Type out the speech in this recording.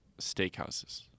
steakhouses